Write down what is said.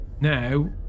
now